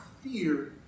fear